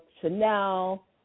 Chanel